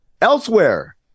Elsewhere